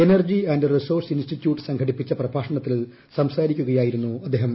energy and resource institute സംഘടിപ്പിച്ച പ്രഭാഷണത്തിൽ സംസാരിക്കുകയായിരുന്നു അദ്ദേഹം